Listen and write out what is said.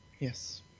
Yes